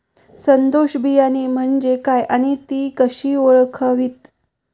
सदोष बियाणे म्हणजे काय आणि ती कशी ओळखावीत?